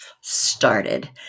started